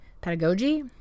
pedagogy